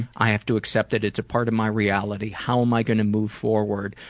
i have to accept that it's apart of my reality, how am i gunna move forward?